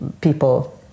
people